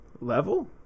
level